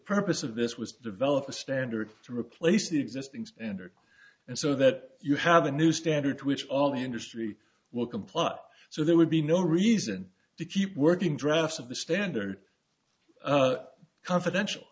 purpose of this was develop a standard to replace the existing standard and so that you have a new standard which all the industry welcome plot so there would be no reason to keep working draft of the standard confidential